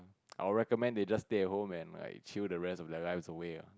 I'll recommend they just stay at home and like chill the rest of their lives away ah